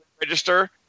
Register